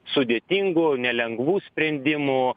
sudėtingų nelengvų sprendimų